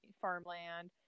farmland